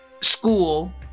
school